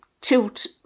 tilt